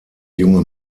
junge